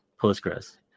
postgres